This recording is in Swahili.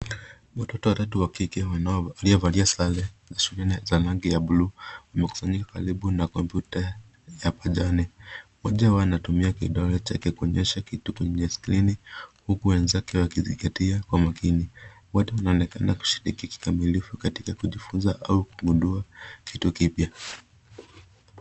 Watoto watatu wa kike waliovalia sare za shule za rangi ya buluu wamekusanyika karibu na kompyuta ya pajani. Mmoja wao anatumia kidole chake kuonyesha kitu kwenye skrini huku wenzake wakizingatia kwa makini. Wote wanaonekana kushiriki kikamilifu katika kujifunza au kugundua kitu kipya.